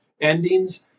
endings